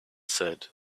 said